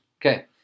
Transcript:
Okay